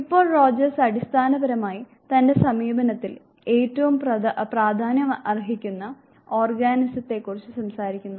ഇപ്പോൾ റോജർസ് അടിസ്ഥാനപരമായി തന്റെ സമീപനത്തിൽ ഏറ്റവും പ്രാധാന്യമർഹിക്കുന്ന ഓർഗാനിസത്തെ കുറിച്ച് സംസാരിക്കുന്നു